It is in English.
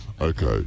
Okay